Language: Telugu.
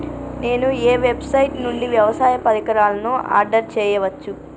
నేను ఏ వెబ్సైట్ నుండి వ్యవసాయ పరికరాలను ఆర్డర్ చేయవచ్చు?